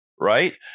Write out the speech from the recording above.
Right